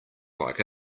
like